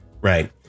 Right